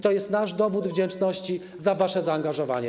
To jest nasz dowód wdzięczności za wasze zaangażowanie.